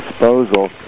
disposal